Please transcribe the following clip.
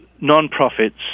non-profits